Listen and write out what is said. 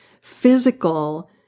physical